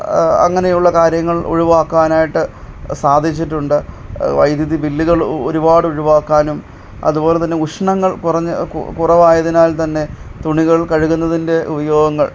അങ്ങനെയുള്ള കാര്യങ്ങൾ ഒഴിവാക്കാനായിട്ട് സാധിച്ചിട്ടുണ്ട് വൈദ്യുതി ബില്ലുകൾ ഒരുപാട് ഒഴിവാക്കാനും അതുപോലെതന്നെ ഉഷ്ണങ്ങൾ കുറഞ്ഞ് കുറവായതിനാൽ തന്നെ തുണികൾ കഴുകുന്നതിന്റെ ഉപയോഗങ്ങൾ